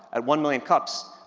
at one million cups,